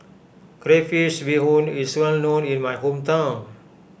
Crayfish BeeHoon is well known in my hometown